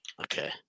Okay